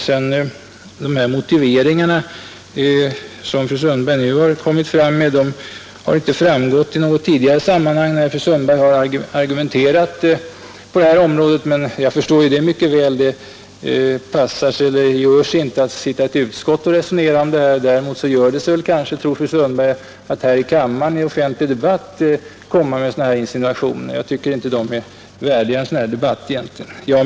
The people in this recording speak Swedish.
De motiveringar som fru Sundberg här framfört har fru Sundberg vidare inte redovisat i något tidigare sammanhang när fru Sundberg har argumenterat på detta område. Men jag förstår det mycket väl — det gör sig inte att sitta i ett utskott och resonera om detta. Däremot tror kanske fru Sundberg att det gör sig att här i kammaren i en offentlig debatt framföra sådana insinuationer. De är egentligen inte värdiga en sådan debatt som denna. Herr talman!